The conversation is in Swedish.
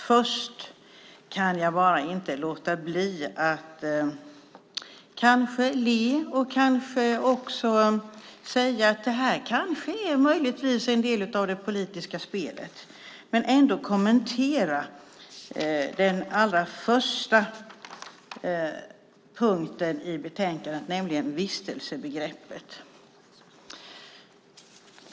Först kan jag bara inte låta bli att kanske le, kanske också säga att det här möjligtvis är en del av det politiska spelet, men ändå kommentera den allra första punkten i betänkandet, nämligen vistelsebegreppet.